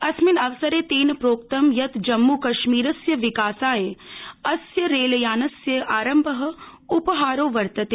अस्मिन् अवसरे तेन प्रोक्तम् यत् जम्मू कश्मीरस्य विकासाय अस्य रेलयानस्य आरम्भ उपहारो वर्तते